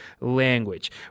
language